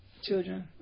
children